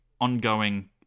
ongoing